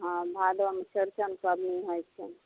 हँ भादोमे चौड़चन पाबनि होइ छै